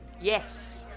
Yes